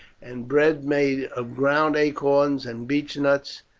and bread made of ground acorns and beechnuts,